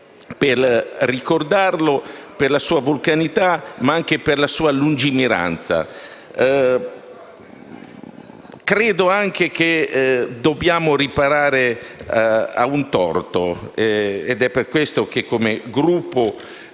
per ricordarlo per la sua vulcanicità, ma anche per la sua lungimiranza. Credo pure che dobbiamo riparare ad un torto ed è per questo che come Gruppo,